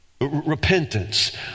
repentance